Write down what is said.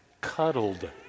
cuddled